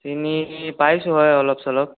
চিনি পাইছোঁ হয় অলপ চলপ